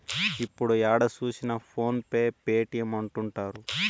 ఇప్పుడు ఏడ చూసినా ఫోన్ పే పేటీఎం అంటుంటారు